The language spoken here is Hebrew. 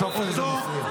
השר סופר, זה מפריע.